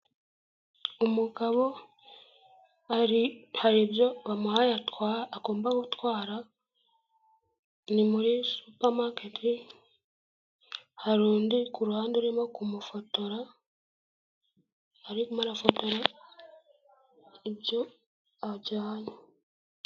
Umugabo hari ibyo bamuhaye agomba gutwara, ni muri supamaketi, hari undi ku ruhande urimo kumufotora arimo arafata ibyo ajyana.